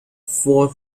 four